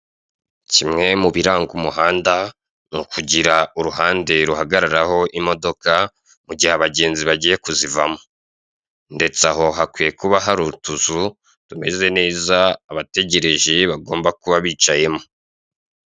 Kimwe mubiranga umuhanda, ni ukugira uruhande ruhagararaho imodoka, mugihe abagenzi bagiye kuzivamo. Ndetse aho hakwiye kuba hari utuzu tumeze neza abategereje bagomba kuba bicayemo.